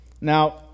Now